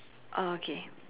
okay